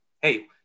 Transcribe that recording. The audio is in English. Hey